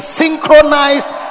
synchronized